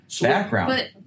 background